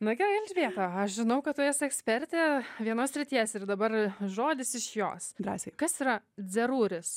na gerai elžbieta aš žinau kad tu esi ekspertė vienos srities ir dabar žodis iš jos drąsiai kas yra dzeruris